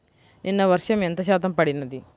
నిన్న వర్షము ఎంత శాతము పడినది?